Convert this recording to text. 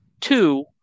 two